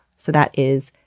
so that is,